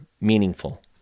meaningful